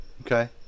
Okay